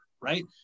right